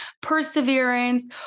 perseverance